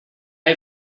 hay